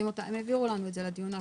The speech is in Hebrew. הם העבירו לנו את זה לדיון הקודם.